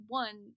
one